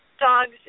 dogs